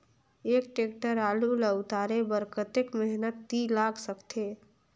एक टेक्टर आलू ल उतारे बर कतेक मेहनती लाग सकथे?